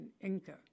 Inca